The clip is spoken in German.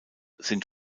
sind